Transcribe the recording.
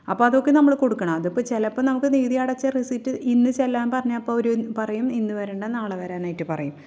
അപ്പോൾ അതൊക്കെ നമ്മൾ കൊടുക്കണം അതൊക്കെ ചിലപ്പം നമുക്ക് നികുതി അടച്ച റസീറ്റ് ഇന്ന് ചെല്ലാൻ പറഞ്ഞപ്പം അവർ പറയും ഇന്ന് വരണ്ട നാളെ വരാനായിട്ട് പറയും